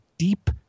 Deep